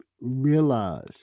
realize